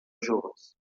joves